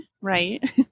right